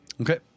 Okay